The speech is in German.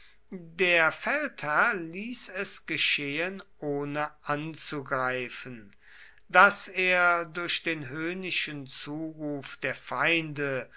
der feldherr ließ es geschehen ohne anzugreifen daß er durch den höhnischen zuruf der feinde